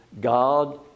God